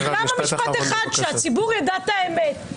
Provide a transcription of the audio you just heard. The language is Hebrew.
שהציבור יידע את האמת.